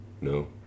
no